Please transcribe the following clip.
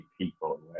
people